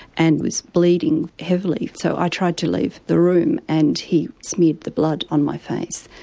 and was bleeding heavily. so i tried to leave the room and he smeared the blood on my face.